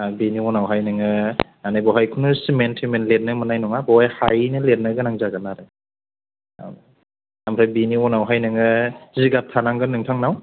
बिनि उनावहाय नोङो माने बेवहाय खुनु सिमेन्ट थेमेन्ट लिरनो मोननाय नङा बावहाय हायैनो लिरनो गोनां जागोन आरो ओमफ्राय बिनि उनावहाय नोङो जिगाब थानांगोन नोंथांनाव